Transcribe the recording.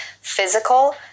physical